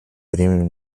временем